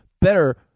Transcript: better